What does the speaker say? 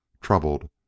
Troubled